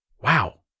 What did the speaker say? Wow